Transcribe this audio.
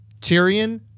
Tyrion